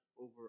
over